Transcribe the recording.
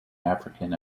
african